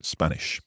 Spanish